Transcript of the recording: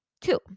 Two